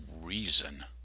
reason